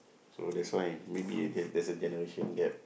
so that's why maybe a gap there's a generation gap